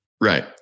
Right